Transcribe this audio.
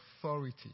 authority